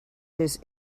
his